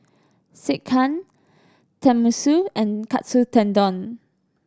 Sekihan Tenmusu and Katsu Tendon